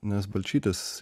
nes balčytis